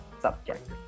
subject